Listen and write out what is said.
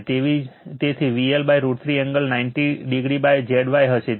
તેથી VL√ 3 angle 90oZy હશે